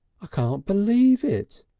ah can't believe it!